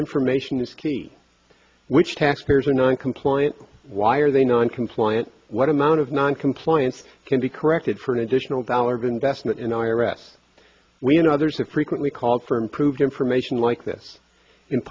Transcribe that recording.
information is key which taxpayers are non compliant why are they non compliant what amount of noncompliance can be corrected for an additional dollar of investment in iraq when others have frequently called for improved information like this in